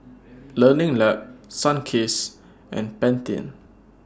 Learning Lab Sunkist and Pantene